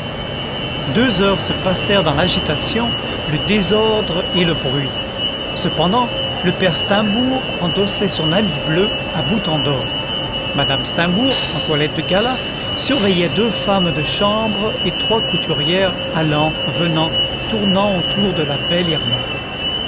deux heures se passèrent dans l'agitation le désordre et le bruit cependant le père steimbourg endossait son habit bleu à boutons d'or madaaie steimbourg en toilette de gala surveillait deux femmes de chambre et trois couturières allant venant tournant autour de la belle irma